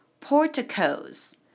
porticos